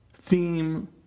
theme